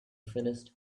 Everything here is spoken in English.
finished